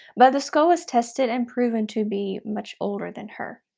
but the skull was tested and proven to be much older than her.